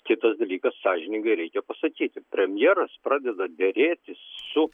kitas dalykas sąžiningai reikia pasakyti premjeras pradeda derėtis su